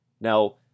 Now